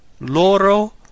loro